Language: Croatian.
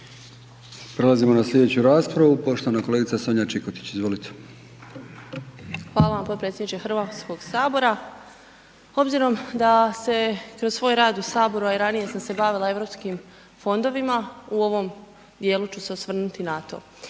Prelazimo na slijedeću raspravu poštovana kolegica Sonja Čikotić, izvolite. **Čikotić, Sonja (MOST)** Hvala vam potpredsjedniče HS. Obzirom da se kroz svoj rad u saboru, a i ranije sam se bavila Europskim fondovima u ovom dijelu ću se osvrnuti na